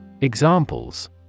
Examples